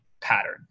pattern